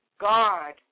God